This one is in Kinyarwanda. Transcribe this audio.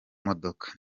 modoka